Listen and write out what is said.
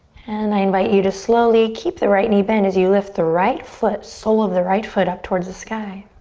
and i invite you to slowly keep the right knee bent as you lift the right foot, sole of the right foot up towards the sky.